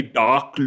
dark